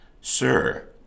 Sir